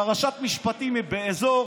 פרשת משפטים היא באזור